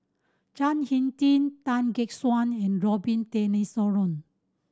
Chao Hick Tin Tan Gek Suan and Robin Tessensohn